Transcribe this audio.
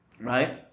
Right